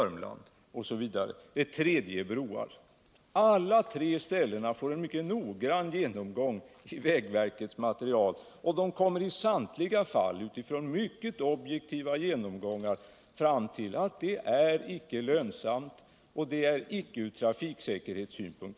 Alla tre Om planerna på avgiftsbeläggning av vägar och broar ställena får en mycket noggrann genomgång i vägverkets material, och verket kommer i samtliga fall utifrån mycket objektiva undersökningar fram till att ett system med vägavgifter inte blir lönsamt och att det inte är försvarbart ur trafiksäkerhetssynpunkt.